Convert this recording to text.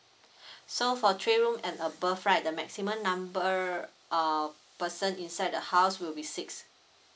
so for three room and above right the maximum number um person inside the house will be six